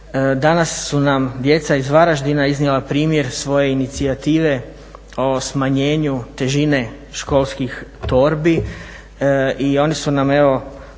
Danas su nam djeca iz Varaždina iznijela primjer svoje inicijative o smanjenju težine školskih torbi i oni su nam evo